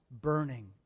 burning